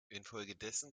infolgedessen